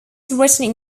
written